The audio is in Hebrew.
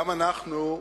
גם אנחנו,